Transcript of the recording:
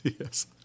Yes